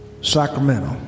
Sacramento